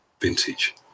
vintage